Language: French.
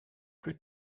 plus